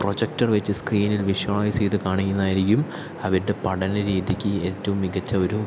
projector വെച്ച് സ്ക്രീനിൽ visualise ചെയ്ത് കാണിക്കുന്നതായിരിക്കും അവരുടെ പഠന രീതിക്ക് ഏറ്റവും മികച്ച ഒരു